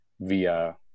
via